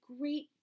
great